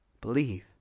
believe